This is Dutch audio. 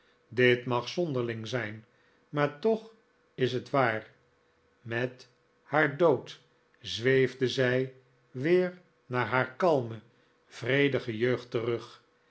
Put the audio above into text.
dit mag zonderling zijn maar toch is het waar met haar dood zweefde zij weer naar haar kalme vredige jeugd terug